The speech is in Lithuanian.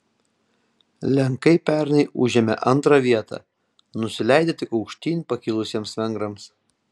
lenkai pernai užėmė antrą vietą nusileidę tik aukštyn pakilusiems vengrams